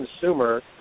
consumer